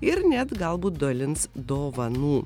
ir net galbūt dalins dovanų